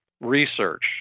research